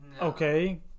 Okay